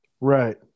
right